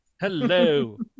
hello